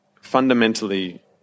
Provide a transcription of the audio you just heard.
fundamentally